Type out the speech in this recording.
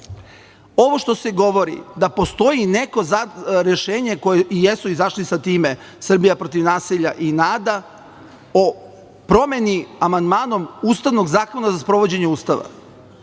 što se govori da postoji neko rešenje sa kojim i jesu izašli sa time "Srbija protiv nasilja" i NADA o promeni amandmanom ustavnog zakona za sprovođenje Ustava.